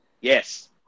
Yes